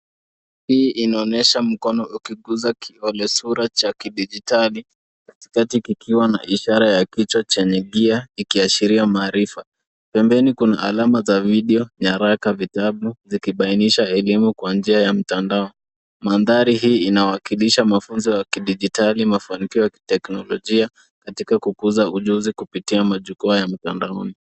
Hii inaoyesha mkono ukiguza kiolesura cha kidijitali, katikati kikiwa na ishara ya kichwa chenye gia ikiashiria maarifa. Pembeni kuna alama za video, nyaraka, vitabu zikibainisha elimu kwa njia ya mtandao. Mandhari hii inawakilisha mafunzo ya kidijitali, mafanikio ya kiteknolojia katika kukuza ujuzi kupitia majukwaa ya mtandaoni.